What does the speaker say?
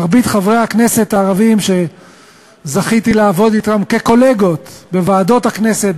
מרבית חברי הכנסת הערבים שזכיתי לעבוד אתם כקולגות בוועדות הכנסת,